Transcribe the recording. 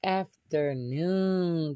afternoon